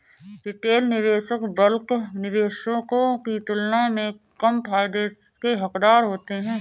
retail निवेशक bulk निवेशकों की तुलना में कम फायदे के हक़दार होते हैं